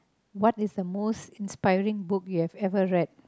what is the most inspiring book you have ever read